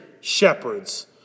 shepherds